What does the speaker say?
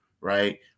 right